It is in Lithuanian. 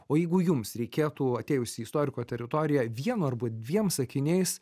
o jeigu jums reikėtų atėjus į istoriko teritoriją vienu arba dviem sakiniais